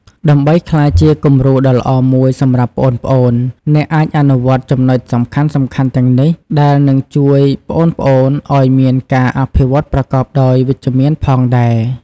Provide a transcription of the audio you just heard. ដើម្បីក្លាយជាគំរូដ៏ល្អមួយសម្រាប់ប្អូនៗ អ្នកអាចអនុវត្តចំណុចសំខាន់ៗទាំងនេះ ដែលនឹងជួយប្អូនៗឱ្យមានការអភិវឌ្ឍប្រកបដោយវិជ្ជមានផងដែរ ។